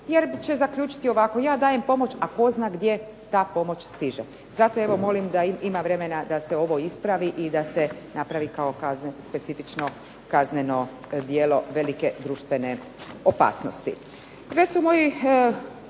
jer će zaključiti ovako ja dajem pomoć a tko zna gdje ta pomoć stiže, zato molim da ima vremena da se ovo ispravi i da se napravi kao specifično kazneno djelo velike društvene opasnosti.